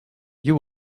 you